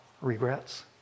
regrets